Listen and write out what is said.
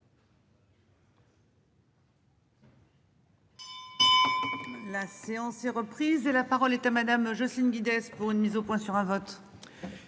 La séance est reprise et la parole est à madame Jocelyne Guidez pour une mise au point sur un vote.